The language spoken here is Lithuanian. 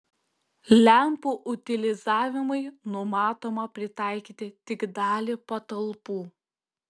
lempų utilizavimui numatoma pritaikyti tik dalį patalpų